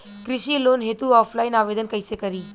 कृषि लोन हेतू ऑफलाइन आवेदन कइसे करि?